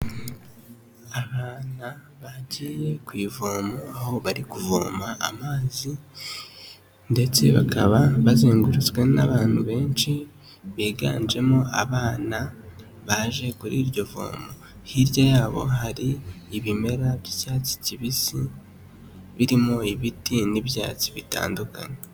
Abana bagiye ku ivomo aho bari kuvoma amazi, ndetse bakaba bazengurutswe n'abantu benshi biganjemo abana baje kuri iryo vomo, hirya yabo hari ibimera by'icyatsi kibisi birimo ibiti n'ibyatsi bitandukanye.